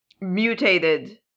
mutated